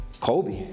Kobe